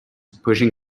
pushing